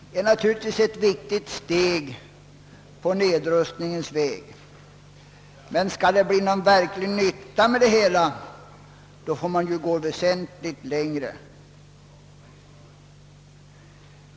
Det är naturligtvis ett viktigt steg på nedrustningens väg, men skall det bli någon verklig nytta, får man gå väsentligt längre.